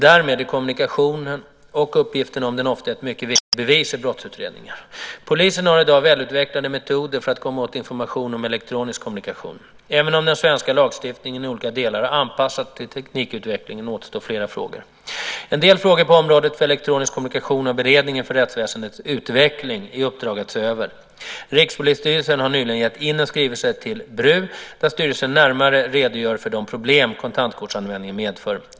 Därmed är kommunikationen och uppgifterna om den ofta ett mycket viktigt bevis i brottsutredningar. Polisen har i dag välutvecklade metoder för att komma åt information om elektronisk kommunikation. Även om den svenska lagstiftningen i olika delar har anpassats till teknikutvecklingen återstår flera frågor. En del frågor på området för elektronisk kommunikation har Beredningen för rättsväsendets utveckling i uppdrag att se över. Rikspolisstyrelsen har nyligen gett in en skrivelse till BRU där styrelsen närmare redogör för de problem kontantkortsanvändningen medför.